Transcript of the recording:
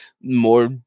more